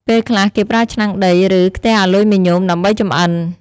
ពេលខ្លះ គេប្រើឆ្នាំងដី ឬ ខ្ទះអាលុយមីញ៉ូមដើម្បីចម្អិន។